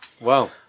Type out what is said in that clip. Wow